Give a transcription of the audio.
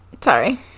Sorry